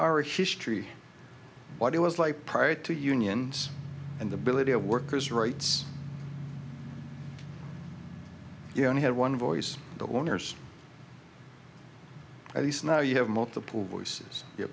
our history what it was like prior to unions and the bill it workers rights you only have one voice the owners at least now you have multiple voices y